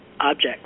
objects